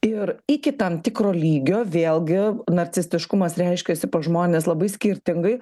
ir iki tam tikro lygio vėlgi narcistiškumas reiškiasi pas žmones labai skirtingai